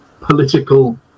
political